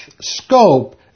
scope